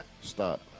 Stop